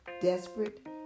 desperate